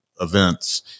events